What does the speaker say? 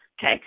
Okay